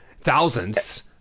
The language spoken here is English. thousands